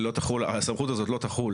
שאומר שהסמכות לא תחול